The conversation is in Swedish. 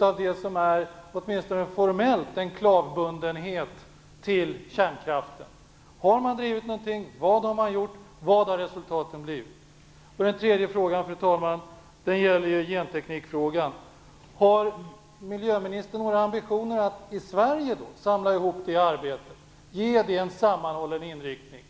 av det som åtminstone formellt är en klar bundenhet till kärnkraften? Har man drivit frågan? Vad har man gjort? Vad har resultaten blivit? Den tredje frågan gäller gentekniken. Har miljöministern några ambitioner att i Sverige samla ihop det arbetet och ge det en sammanhållen inriktning?